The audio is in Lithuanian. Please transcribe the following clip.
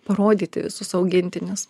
parodyti visus augintinius